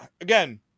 again